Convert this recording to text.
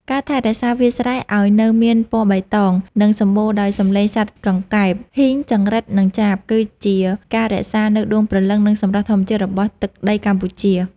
ការថែរក្សាវាលស្រែឱ្យនៅមានពណ៌បៃតង និងសម្បូរដោយសំឡេងសត្វកង្កែប ហ៊ីង ចង្រិត និងចាប គឺជាការរក្សានូវដួងព្រលឹង និងសម្រស់ធម្មជាតិរបស់ទឹកដីកម្ពុជា។